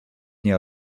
nie